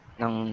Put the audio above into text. ng